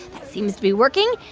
that seems to be working.